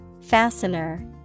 fastener